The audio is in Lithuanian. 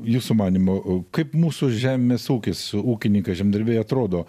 jūsų manymu o kaip mūsų žemės ūkis ūkininkai žemdirbiai atrodo